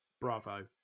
bravo